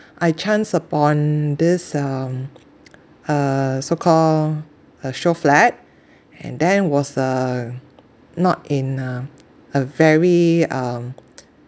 I chanced upon this um uh so call a showflat and then was uh not in a a very um